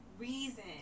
reason